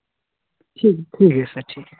चलिए ठीक है सर ठीक है